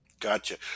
Gotcha